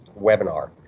webinar